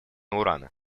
урана